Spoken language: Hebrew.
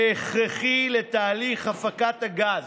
שהכרחי לתהליך הפקת הגז,